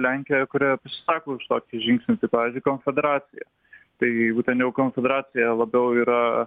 lenkija kurioje pasisako už tokį žingsnį pavyzdžiui konfederaciją tai jeigu ten jau konfederacija labiau yra